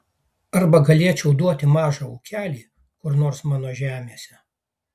arba galėčiau duoti mažą ūkelį kur nors mano žemėse